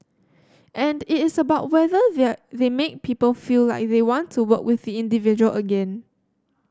and it is about whether there they make people feel like they want to work with the individual again